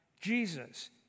Jesus